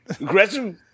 Aggressive